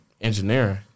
engineering